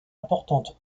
importante